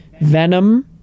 Venom